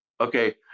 okay